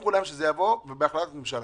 הבטיחו להם שזה יבוא בהחלטת ממשלה.